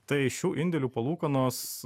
tai šių indėlių palūkanos